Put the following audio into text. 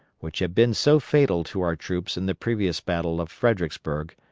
which had been so fatal to our troops in the previous battle of fredericksburg,